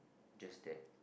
just that